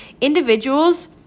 individuals